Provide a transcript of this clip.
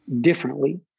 differently